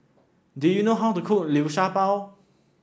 do you know how to cook Liu Sha Bao